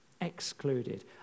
excluded